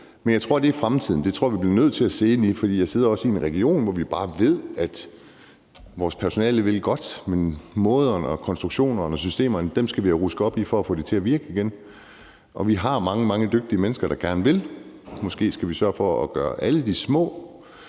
Men jeg tror, at det er fremtiden. Det tror jeg vi bliver nødt til at se ind i, for jeg sidder også i en region, hvor vi bare ved at vores personale godt vil, men måderne, konstruktionerne og systemerne skal vi have rusket op i for at få det til at virke igen. Og vi har mange, mange dygtige mennesker, der gerne vil. Måske skal vi sørge for at gøre alle de